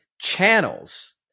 channels